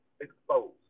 exposed